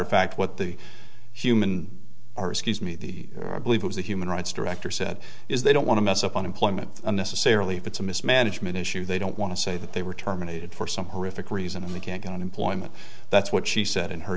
of fact what the human or excuse me the believe it was a human rights director said is they don't want to mess up unemployment unnecessarily if it's a mismanagement issue they don't want to say that they were terminated for some horrific reason and they can't get unemployment that's what she said in her